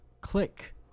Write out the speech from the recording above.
click